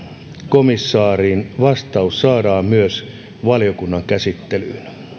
komissaarin vastaus saadaan myös valiokunnan käsittelyyn huolestuttavaa on myös se että vrn